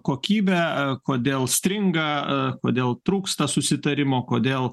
kokybę kodėl stringa kodėl trūksta susitarimo kodėl